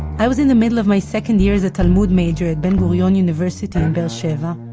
i was in the middle of my second year as a talmud major at ben gurion university in be'er sheva,